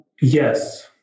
Yes